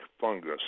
fungus